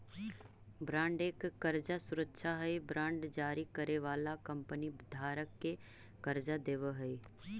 bond एक कर्जा सुरक्षा हई बांड जारी करे वाला कंपनी धारक के कर्जा देवऽ हई